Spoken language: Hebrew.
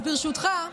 אז ברשותך,